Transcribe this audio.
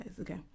okay